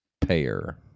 payer